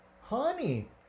honey